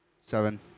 Seven